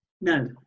No